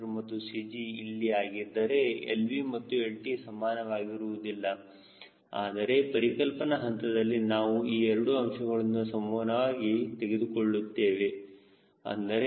c ಮತ್ತು CG ಇಲ್ಲಿ ಆಗಿದ್ದರೆ lv ಮತ್ತು lt ಸಮಾನವಾಗಿರುವುದಿಲ್ಲ ಆದರೆ ಪರಿಕಲ್ಪನ ಹಂತದಲ್ಲಿ ನಾವು ಆ ಎರಡು ಅಂಶಗಳನ್ನು ಸಮವಾಗಿ ತೆಗೆದುಕೊಳ್ಳುತ್ತೇವೆ